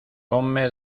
ponme